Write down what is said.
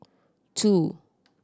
two